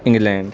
England